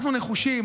אנחנו נחושים,